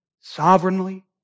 sovereignly